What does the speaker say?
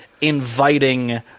inviting